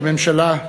ראש הממשלה,